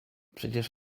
przecież